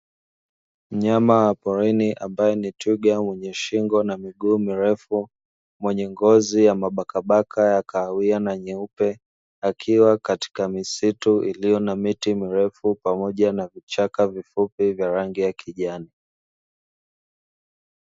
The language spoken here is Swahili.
Mnyama wa porini ambaye ni twiga mwenye shingo na miguu mirefu, mwenye ngozi ya mabakabaka ya kahawia na nyeupe ,akiwa katika misitu iliyo na miti mirefu pamoja na vichaka vifupi vya rangi ya kijani.